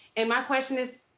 and my question is,